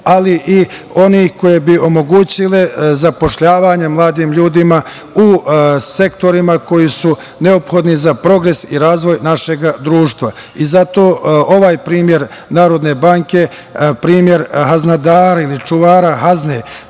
ali i onih koje bi omogućile zapošljavanje mladim ljudima u sektorima koji su neophodni za progres i razvoj našeg društva. Zato ovaj primer Narodne banke, primer haznadara ili čuvara hazne,